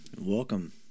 Welcome